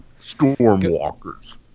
Stormwalkers